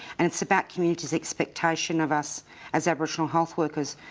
and it's about community's expectation of us as aboriginal health workers.